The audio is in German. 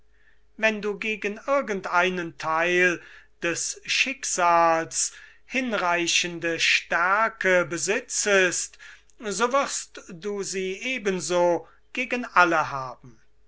wenn du gegen irgend einen theil des schicksals hinreichende stärke besitzest so wirst du sie ebenso gegen alle haben